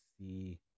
see